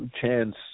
chance